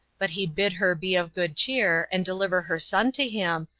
but he bid her be of good cheer, and deliver her son to him,